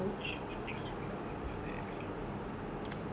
you should contact him man about the farming